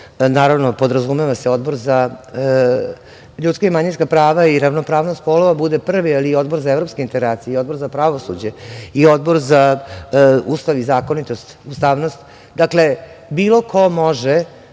naravno podrazumeva se Odbor za ljudska i manjinska prava i ravnopravnost polova bude prvi, ali i Odbor za evropske integracije i Odbor za pravosuđe i Odbor za Ustav i zakonitost. Dakle, bilo ko može